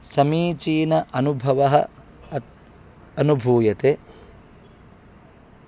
समीचीन अनुभवः अत् अनुभूयते